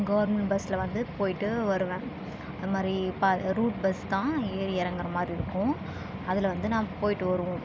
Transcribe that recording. government பஸ்ஸில் வந்து போய்ட்டு வருவேன் அதுமாதிரி ப ரூட் பஸ் தான் ஏறி இறங்குற மாதிரி இருக்கும் அதில் வந்து நான் போய்ட்டு வருவோம்